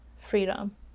freedom